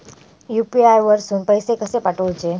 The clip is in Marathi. यू.पी.आय वरसून पैसे कसे पाठवचे?